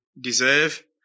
deserve